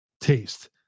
taste